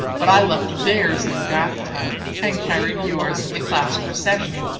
but i left theirs in the bath tub and carried yours in the class procession.